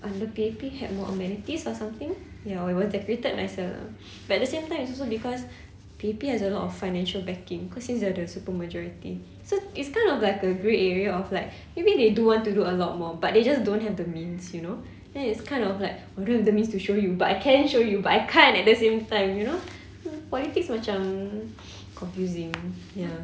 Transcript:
under P_A_P had more amenities or something ya or it was decorated nicer lah but at the same time it's also because P_A_P has a lot of financial backing cause since they're the super majority so it's kind of like a grey area of like maybe they do want to do a lot more but they just don't have the means you know then it's kind of like I don't have the means to show you but I can show you I can't and at the same time you know mm politics macam confusing ya